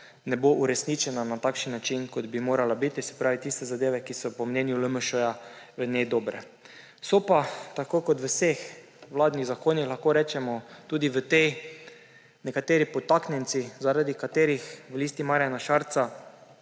ne bo uresničena na takšen način, kot bi morala biti; se pravi, zadeve, ki so po mnenju LMŠ v njej dobre. So pa tako kot v vseh vladnih zakonih tudi v tej nekateri podtaknjenci, zaradi katerih jih v Listi Marjana Šarca